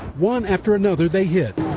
one after another they hit.